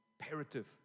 imperative